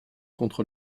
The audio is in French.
contre